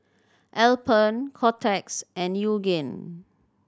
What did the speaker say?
Alpen Kotex and Yoogane